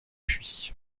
puits